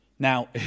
Now